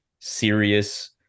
serious